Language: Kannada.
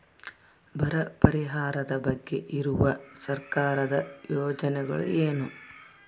ಬರ ಪರಿಹಾರದ ಬಗ್ಗೆ ಇರುವ ಸರ್ಕಾರದ ಯೋಜನೆಗಳು ಏನು?